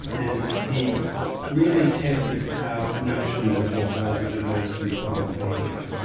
and he really tested our notions of what was a diverse and plural media.